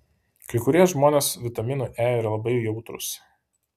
kai kurie žmonės vitaminui e yra labai jautrūs